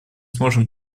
сможем